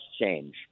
change